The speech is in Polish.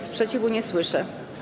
Sprzeciwu nie słyszę.